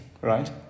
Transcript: right